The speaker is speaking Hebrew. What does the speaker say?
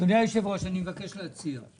אדוני היושב ראש, אני מבקש להצהיר.